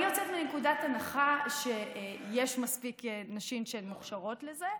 אני יוצאת מנקודת הנחה שיש מספיק נשים שמוכשרות לזה,